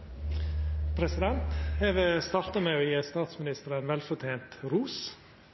hovedspørsmål. Eg vil starta med å gje statsministeren velfortent ros –